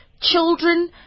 children